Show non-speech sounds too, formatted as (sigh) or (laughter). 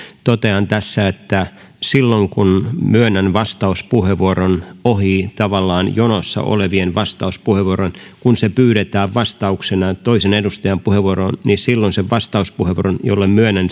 totean tässä että silloin kun myönnän vastauspuheenvuoron tavallaan ohi jonossa olevien vastauspuheenvuorojen kun se pyydetään vastauksena toisen edustajan puheenvuoroon niin silloin sen jolle myönnän (unintelligible)